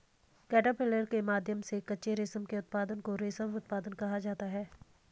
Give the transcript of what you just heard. caterpillar के माध्यम से कच्चे रेशम के उत्पादन को रेशम उत्पादन कहा जाता है